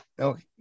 Okay